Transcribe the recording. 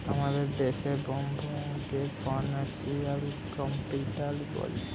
আমাদের দেশে বোম্বেকে ফিনান্সিয়াল ক্যাপিটাল বলে